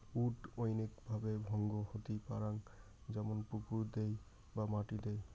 weed অনৈক ভাবে ভঙ্গ হতি পারং যেমন পুকুর দিয় বা মাটি দিয়